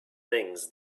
things